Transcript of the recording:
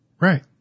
Right